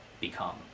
become